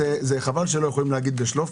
חבל שלא יכולים להגיד בשליפה.